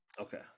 Okay